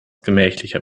gemächlicher